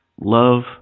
Love